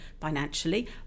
financially